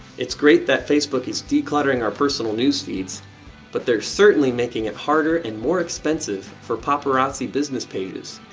it's great that facebook is de-cluttering our personal news feeds but they're certainly making it harder and more expensive for paparazzi business pages.